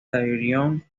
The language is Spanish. tyrion